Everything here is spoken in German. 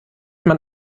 man